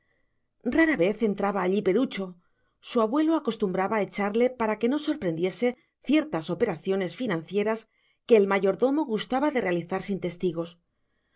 rara vez entraba allí perucho su abuelo acostumbraba echarle para que no sorprendiese ciertas operaciones financieras que el mayordomo gustaba de realizar sin testigos